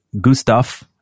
Gustav